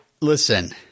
Listen